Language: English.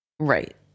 Right